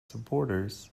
supporters